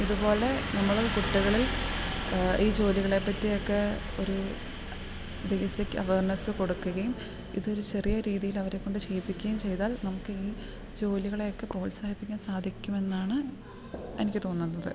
ഇതുപോലെ നമ്മൾ കുട്ടികളിൽ ഈ ജോലികളെപ്പറ്റിയൊക്കെ ഒരു ബേസിക് അവേർനസ്സ് കൊടുക്കുകയും ഇതൊരു ചെറിയ രീതിയിൽ അവരെക്കൊണ്ട് ചെയ്യിപ്പിക്കേം ചെയ്താൽ നമുക്ക് ഈ ജോലികളെയൊക്കെ പ്രോത്സാഹിപ്പിക്കാൻ സാധിക്കുമെന്നാണ് എനിക്ക് തോന്നുന്നത്